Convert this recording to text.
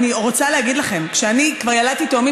כשאני ילדתי תאומים,